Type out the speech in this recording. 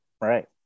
right